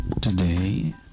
Today